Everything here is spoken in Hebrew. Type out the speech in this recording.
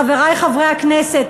חברי חברי הכנסת,